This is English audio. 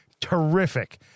terrific